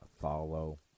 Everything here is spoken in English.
Follow